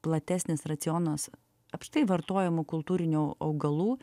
platesnis racionas apskritai vartojamų kultūrinių augalų